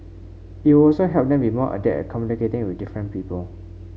it would also help them be more adept at communicating with different people